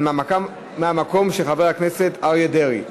הנמקה מהמקום של חבר הכנסת אריה דרעי.